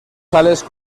sales